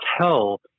tell